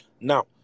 Now